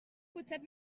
cotxet